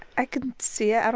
i can see it. i don't